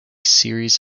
series